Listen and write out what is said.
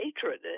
hatred